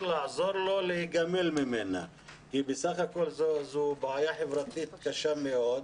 לעזור לו להיגמל ממנה כי בסך הכול זו בעיה חברתית קשה מאוד.